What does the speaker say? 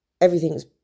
everything's